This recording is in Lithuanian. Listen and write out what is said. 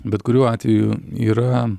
bet kuriuo atveju yra